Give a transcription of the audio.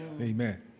Amen